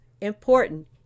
important